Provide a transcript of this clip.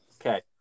okay